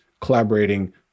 collaborating